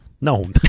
No